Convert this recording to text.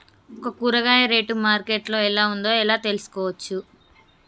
ఒక కూరగాయ rate market లో ఎలా ఉందో ఎలా తెలుసుకోవచ్చు?